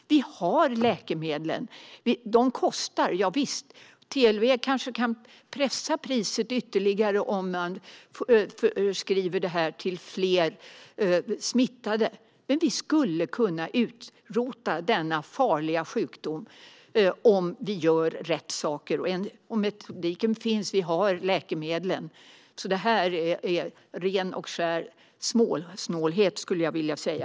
Vi har läkemedlen. De kostar, javisst, men TLV kanske kan pressa priset ytterligare om man förskriver dem till fler smittade. Vi skulle kunna utrota denna farliga sjukdom om vi gjorde rätt saker. Metodiken finns - vi har läkemedlen. Så detta handlar om ren och skär småsnålhet, skulle jag vilja säga.